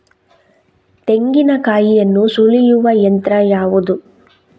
ತೆಂಗಿನಕಾಯಿಯನ್ನು ಸುಲಿಯುವ ಯಂತ್ರ ಯಾವುದು?